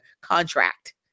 contract